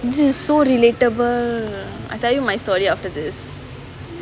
this is so relatable I tell you my story after this